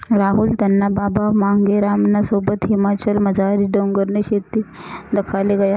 राहुल त्याना बाबा मांगेरामना सोबत हिमाचलमझारली डोंगरनी शेती दखाले गया